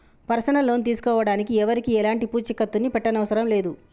personal loan తీసుకోడానికి ఎవరికీ ఎలాంటి పూచీకత్తుని పెట్టనవసరం లేదు